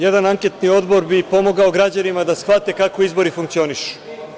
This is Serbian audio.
Jedan anketni odbor bi pomogao građanima da shvate kako izbori funkcionišu.